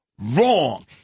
wrong